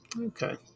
Okay